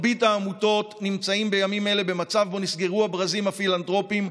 מרבית העמותות נמצאות בימים אלה במצב שבו נסגרו הברזים הפילנתרופיים,